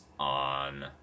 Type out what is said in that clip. on